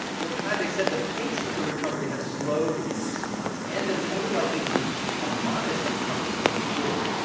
well kai, they said that the pace of the recovery has slowed in recent months and that it's only likely to be a modest recovery going forward.